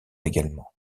également